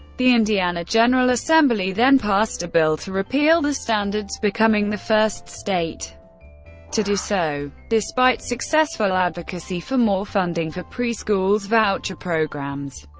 the indiana general assembly then passed a bill to repeal the standards, becoming the first state to do so. despite successful advocacy for more funding for pre-schools, voucher programs,